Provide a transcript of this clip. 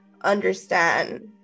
understand